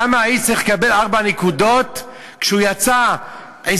למה האיש צריך לקבל ארבע נקודות כשהוא יצא 20